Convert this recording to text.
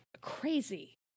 crazy